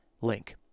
link